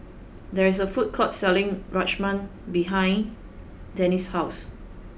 there is a food court selling Rajma behind Dean's house